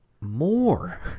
more